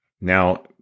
now